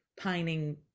pining